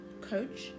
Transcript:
coach